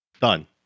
done